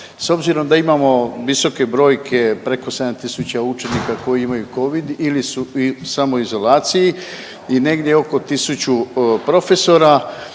S obzirom da imamo visoke brojke preko 7.000 učenika koji imaju covid ili su u samoizolaciji i negdje oko tisuću profesora,